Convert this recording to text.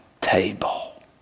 table